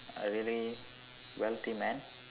A really wealthy man